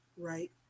Right